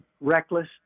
reckless